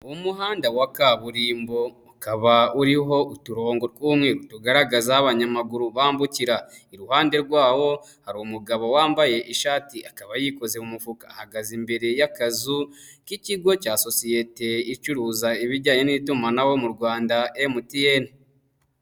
Umuhanda wa kaburimbo ukaba uriho uturongo tw'umweru ugaragaza aho abanyamaguru bambukira. Iruhande rwawo hari umugabo wambaye ishati, akaba yikoze mu mufuka, ahagaze imbere y'akazu k'ikigo cya sosiyete icuruza ibijyanye n'itumanaho mu rwanda MTN.